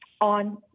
on